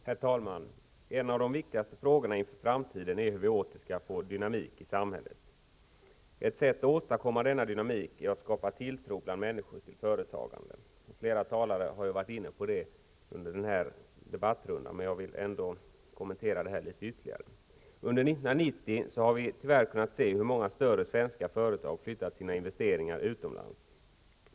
Herr talman! En av de viktigaste frågorna inför framtiden är hur vi åter skall få dynamik i samhället. Ett sätt att åstadkomma denna dynamik är att skapa tilltro bland människor till företagande. Flera talare har varit inne på det under denna debattrunda. Jag vill ändå kommentera det något ytterligare. Under 1990 har vi tyvärr kunnat se hur många större svenska företag har flyttat sina investeringar utomlands.